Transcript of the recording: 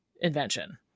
invention